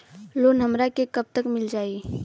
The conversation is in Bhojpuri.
लोन हमरा के कब तक मिल जाई?